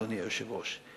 אדוני היושב-ראש.